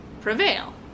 prevail